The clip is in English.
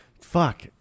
Fuck